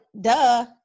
duh